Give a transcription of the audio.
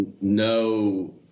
no